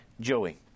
Joey